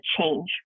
change